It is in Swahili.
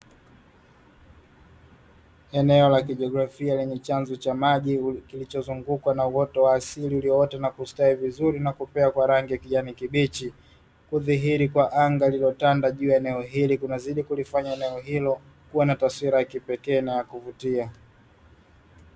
Eneo la kijiografia lenye chanzo cha maji kilichozungukwa na uoto wa asili ulioota na kustawi vizuri na kupea kwa kijani kibichi, kudhihiri kwa anga lililotanda eneo hili kunazidi kulifanya eneo hilo, kua na taswira ya kipekee na la kuvutia.